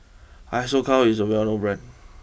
Isocal is a well known Brand